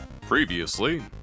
Previously